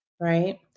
right